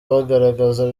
bagaragaza